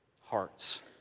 hearts